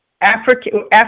African